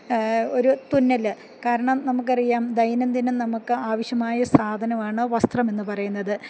ഒരു തുന്നല് കാരണം നമുക്കറിയാം ദൈനംദിനം നമുക്ക് ആവശ്യമായ സാധനമാണ് വസ്ത്രമെന്ന് പറയുന്നത്